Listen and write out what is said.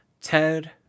Ted